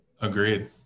Agreed